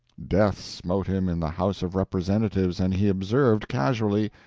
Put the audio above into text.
death smote him in the house of representatives, and he observed, casually,